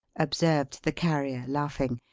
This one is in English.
observed the carrier, laughing.